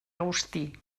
agustí